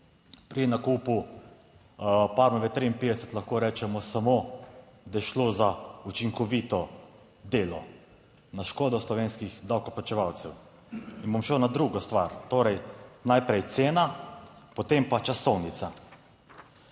pri nakupu Parmove 53 lahko rečemo samo, da je šlo za učinkovito delo na škodo slovenskih davkoplačevalcev, in bom šel na drugo stvar. Torej, najprej cena, potem pa časovnica.